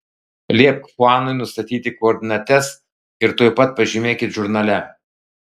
liepk chuanui nustatyti koordinates ir tuoj pat pažymėkit žurnale